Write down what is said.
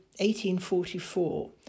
1844